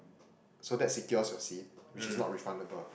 so that secures your seat which is not refundable